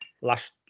last